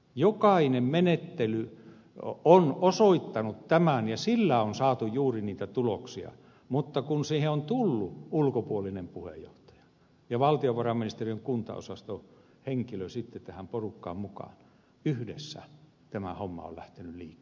jokainen menettely on osoittanut tämän ja sillä on saatu juuri niitä tuloksia mutta kun siihen on tullut ulkopuolinen puheenjohtaja ja valtiovarainministeriön kuntaosaston henkilö tähän porukkaan mukaan yhdessä tämä homma on lähtenyt liikkeelle